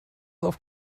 auf